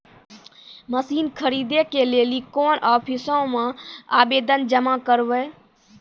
Machine खरीदै के लेली कोन आफिसों मे आवेदन जमा करवै?